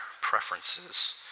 preferences